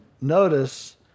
notice